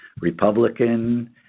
Republican